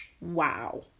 wow